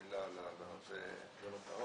לא, לא, לא.